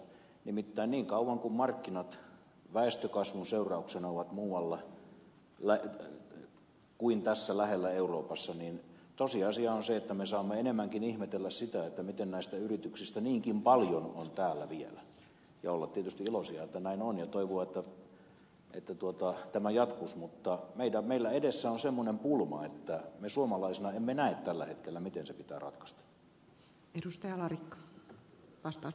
nimittäin niin kauan kuin markkinat väestökasvun seurauksena ovat muualla kuin tässä lähellä euroopassa niin tosiasia on se että me saamme ennemminkin ihmetellä sitä mitenkä näistä yrityksistä niinkin paljon on vielä täällä ja saamme tietysti olla iloisia että näin on ja saamme toivoa että tämä jatkuisi mutta meidän edessämme on semmoinen pulma että me suomalaisina emme näe tällä hetkellä miten se pitää ratkaista